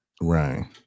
Right